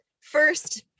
First